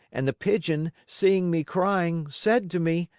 and the pigeon, seeing me crying, said to me,